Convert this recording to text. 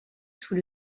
sous